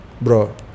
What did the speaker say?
Bro